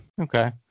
Okay